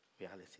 reality